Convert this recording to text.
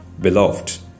Beloved